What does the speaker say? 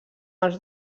els